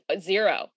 zero